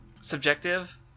subjective